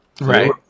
right